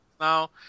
now